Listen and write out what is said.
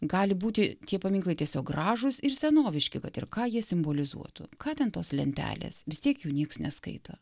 gali būti tie paminklai tiesiog gražūs ir senoviški kad ir ką jie simbolizuotų ką ten tos lentelės vis tiek jų nieks neskaito